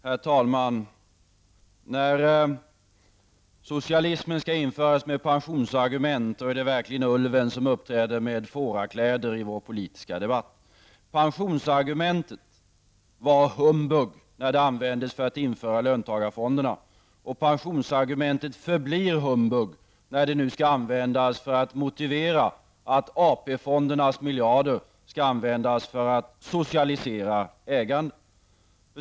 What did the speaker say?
Herr talman! När socialismen skall införas med pensionsargument är det verkligen ulven som uppträder i fårakläder i den politiska debatten. Pensionsargumentet var humbug när det användes för att införa löntagarfonderna och det förblir humbug när det nu skall användas för att motivera att AP-fondernas miljarder skall användas för att socialisera ägandet.